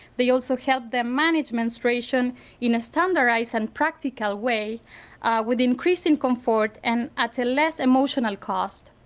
they also helped them manage menstruation in a standardized and practical way with increasing comfort and at a less emotional cost.